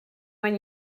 when